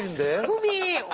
dakgalbi